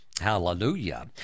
Hallelujah